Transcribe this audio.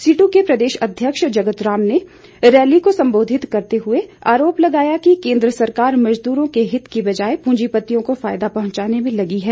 situ के प्रदेश अध्यक्ष जगतराम ने रैली को संबोधित करते हुए आरोप लगाया कि केंद्र सरकार मजदूरो के हित के बजाय पूंजीपतियों को फायदा पहुंचाने में लगी है